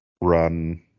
run